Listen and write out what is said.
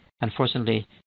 Unfortunately